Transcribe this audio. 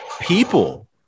people